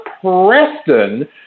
Preston